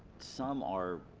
some are